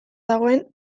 dagoen